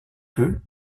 peu